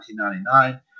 1999